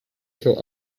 kill